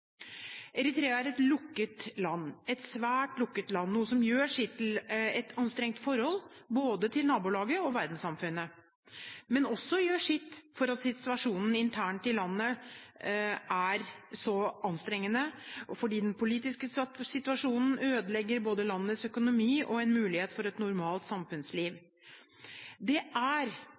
Eritrea er et lukket land, et svært lukket land, noe som gjør sitt til et anstrengt forhold både til nabolandene og til verdenssamfunnet, men det gjør også at situasjonen internt i landet er anstrengt, for den politiske situasjonen ødelegger både landets økonomi og muligheten for et normalt samfunnsliv. Det er